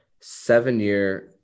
seven-year